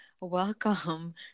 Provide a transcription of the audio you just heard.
Welcome